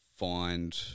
find